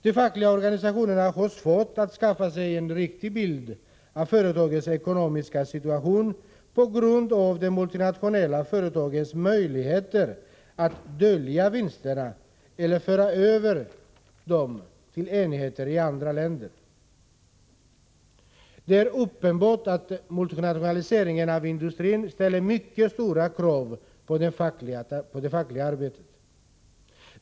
De fackliga organisationerna får svårt att skaffa sig en riktig bild av företagets ekonomiska situation på grund av de multinationella företagens möjligheter att dölja vinsterna eller föra över dem till enheter i andra länder. Det är uppenbart att multinationaliseringen av industrin ställer mycket stora krav på det fackliga arbetet.